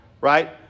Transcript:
right